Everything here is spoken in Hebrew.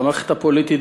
והמערכת הפוליטית,